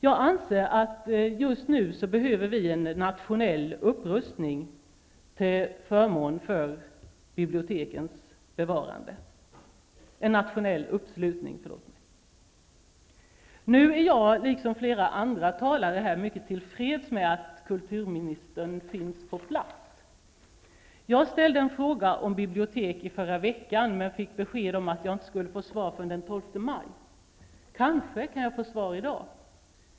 Jag anser att vi just nu behöver en nationell uppslutning till förmån för bibliotekens bevarande. Nu är jag, liksom flera andra talare här, mycket till freds med att kulturministern finns på plats. Jag ställde en fråga om bibliotek i förra veckan, men fick besked om att jag inte skulle få svar förrän den 12 maj. Kanske kan jag få svar i dag.